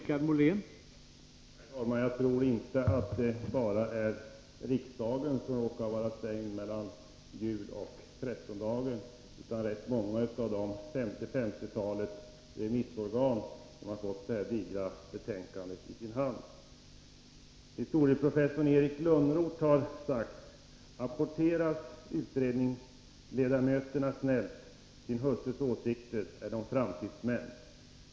Herr talman! Jag tror inte att det bara är riksdagen som råkar vara stängd mellan jul och trettondagen utan rätt många av det 50-tal remissorgan som har fått det här digra betänkandet i sin hand. Historieprofessorn Erik Lönnroth har sagt: Apporterar utredningsledamöterna snällt sin husses åsikt är de framtidsmän.